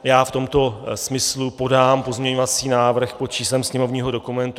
Já v tomto smyslu podám pozměňovací návrh pod číslem sněmovního dokumentu 2801.